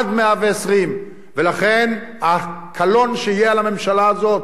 עד 120. ולכן הקלון שיהיה על הממשלה הזאת,